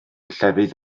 llefydd